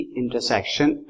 intersection